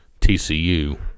TCU